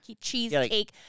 Cheesecake